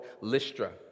Lystra